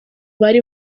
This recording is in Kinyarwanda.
bari